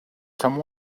some